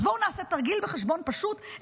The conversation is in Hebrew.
אז בואו נעשה תרגיל בחשבון פשוט,